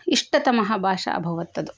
इष्टतमः भाषा अभवत् तत्